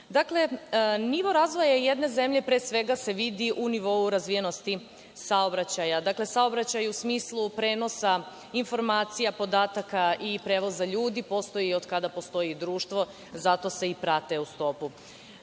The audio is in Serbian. vodama. Nivo razvoja jedne zemlje pre svega se vidi u nivou razvijenosti saobraćaja. Dakle, saobraćaj u smislu prenosa informacija, podataka i prevoza ljudi postoji od kada postoji društvo, zato se i prati.